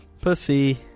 Pussy